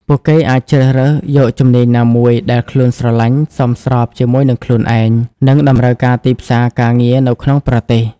ពួកគេអាចជ្រើសរើសយកជំនាញណាមួយដែលខ្លួនស្រឡាញ់សមស្របជាមួយនិងខ្លួនឯង និងតម្រូវការទីផ្សារការងារនៅក្នុងប្រទេស។